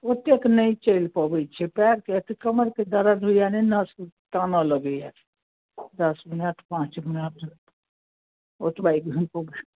ओतेक नहि चलि पबै छिए पाएरके कमरके दर्द होइए ने तानऽ लगैए दस मिनट पाँच मिनट ओतबे घुमि पबै